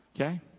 Okay